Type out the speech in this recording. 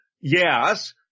yes